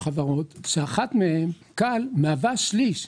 שאחת מהן כאל מהווה שליש.